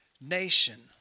nation